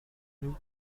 nous